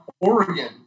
Oregon